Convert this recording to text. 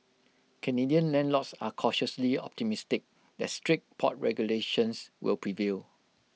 Canadian landlords are cautiously optimistic that strict pot regulations will prevail